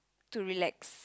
to relax